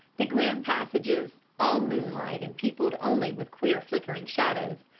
the grim passages, all moonlit and peopled only with queer flickering shadows,